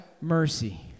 mercy